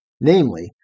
namely